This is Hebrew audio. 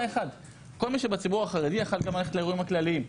כל מי שבציבור החרדי יכול היה גם ללכת לאירועים הכלליים.